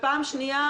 ופעם שנייה,